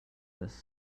this